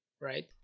right